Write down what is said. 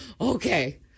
Okay